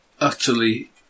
utterly